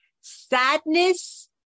Sadness